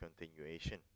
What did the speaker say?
continuation